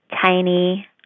tiny